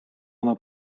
ona